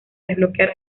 desbloquear